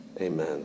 Amen